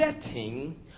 setting